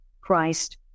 christ